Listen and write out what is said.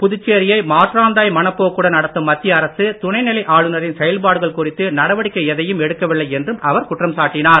புதுச்சேரியை முதலமைச்சர் மாற்றாந்தாய் மனப்போக்குடன் நடத்தும் மத்திய அரசு துணைநிலை ஆளுனரின் செயல்பாடுகள் குறித்து நடவடிக்கை எதையும் எடுக்கவில்லை என்றும் அவர் குற்றம் சாட்டினார்